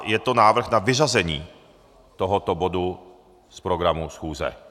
Je to návrh na vyřazení tohoto bodu z programu schůze.